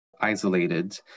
isolated